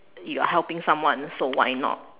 you are helping someone so why not